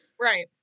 Right